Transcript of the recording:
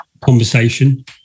conversation